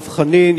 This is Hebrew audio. דב חנין,